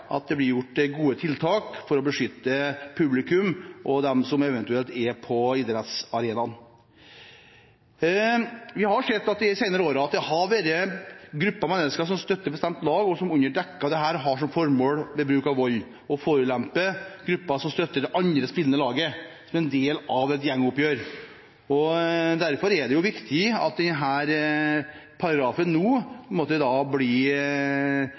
blir satt inn gode tiltak for å beskytte publikum og eventuelt dem som er på idrettsarenaen. Vi har sett de senere årene at det har vært grupper av mennesker som støtter et bestemt lag, og som under dekke av dette har som formål ved bruk av vold å forulempe grupper som støtter det andre spillende laget, som en del av et gjengoppgjør. Derfor er det viktig at denne paragrafen nå